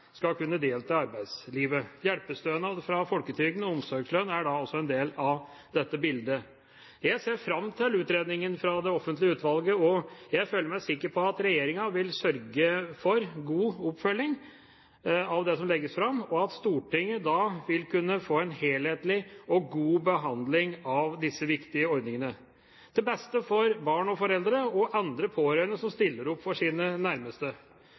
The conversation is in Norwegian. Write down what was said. skal kunne delta i arbeidslivet. Hjelpestønad fra folketrygden og omsorgslønn er også en del av dette bildet. Jeg ser fram til utredningen fra det offentlige utvalget. Jeg føler meg sikker på at regjeringa vil sørge for god oppfølging av det som legges fram, og at Stortinget da vil kunne få en helhetlig og god behandling av disse viktige ordningene, til beste for barn og foreldre og andre pårørende som stiller opp for sine nærmeste.